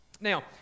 Now